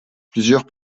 plusieurs